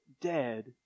dead